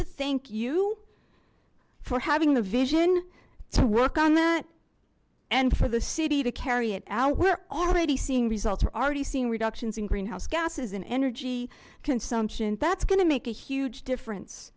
to thank you for having the vision to work on that and for the city to carry it out we're already seeing results are already seeing reductions in greenhouse gases and energy consumption that's going to make a huge difference